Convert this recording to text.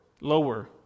lower